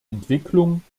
entwicklung